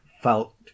felt